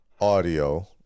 audio